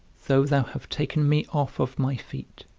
though thou have taken me off of my feet,